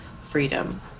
freedom